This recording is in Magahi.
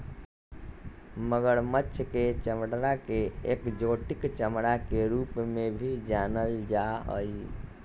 मगरमच्छ के चमडड़ा के एक्जोटिक चमड़ा के रूप में भी जानल जा हई